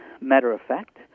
matter-of-fact